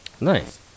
Nice